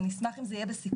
ואני אשמח אם זה יהיה בסיכום,